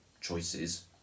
choices